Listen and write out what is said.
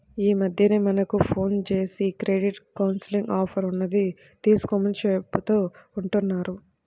యీ మద్దెన మనకు ఫోన్ జేసి క్రెడిట్ కౌన్సిలింగ్ ఆఫర్ ఉన్నది తీసుకోమని చెబుతా ఉంటన్నారు